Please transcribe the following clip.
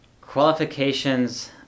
qualifications